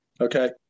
Okay